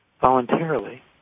voluntarily